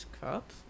Cup